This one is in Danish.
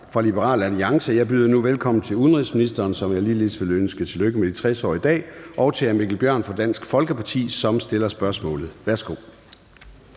fra Liberal Alliance. Jeg byder nu velkommen til udenrigsministeren, som jeg også vil ønske tillykke med de 60 år i dag, og til hr. Mikkel Bjørn fra Dansk Folkeparti, som stiller spørgsmålet. Kl.